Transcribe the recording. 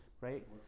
right